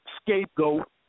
scapegoat